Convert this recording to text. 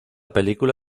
película